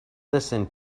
listen